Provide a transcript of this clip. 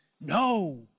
No